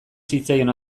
zitzaion